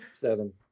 seven